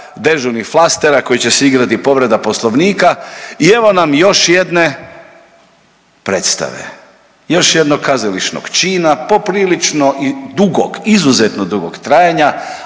dežurnih flastera koji će se igrati povreda poslovnika i evo nam još jedne predstave, još jednog kazališnog čina poprilično i dugog, izuzetno dugog trajanja,